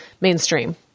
mainstream